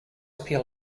peel